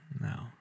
No